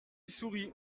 sourit